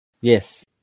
Yes